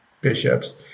bishops